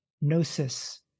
Gnosis